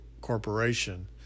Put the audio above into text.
corporation